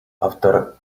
after